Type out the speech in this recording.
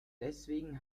deswegen